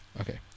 Okay